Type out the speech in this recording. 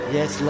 Yes